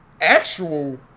actual